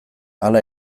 hala